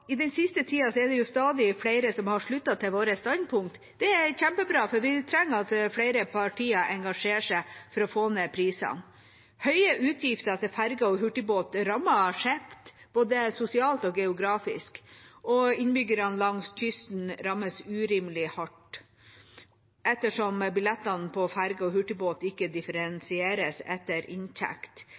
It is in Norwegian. I den siste tida er det jo stadig flere som har sluttet seg til vårt standpunkt, og det er kjempebra, for vi trenger at flere partier engasjerer seg for å få ned prisene. Høye utgifter til ferger og hurtigbåt rammer skjevt, både sosialt og geografisk, og innbyggerne langs kysten rammes urimelig hardt. Ettersom billettene på ferge og hurtigbåt ikke differensieres etter inntekt,